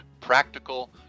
practical